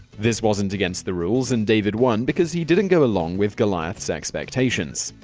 this wasn't against the rules, and david won because he didn't go along with goliath's expectations.